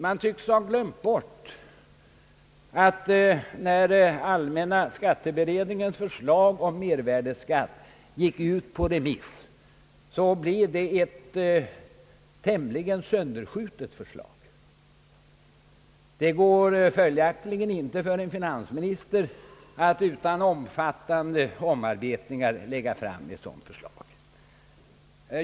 Man tycks ha glömt bort att allmänna skatteberedningens förslag om medvärdeskatt blev tämligen sönderskjutet under remissbehandlingen. Det går följaktligen inte för finansministern att lägga fram utredningsförslaget utan omfattande omarbetningar.